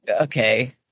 Okay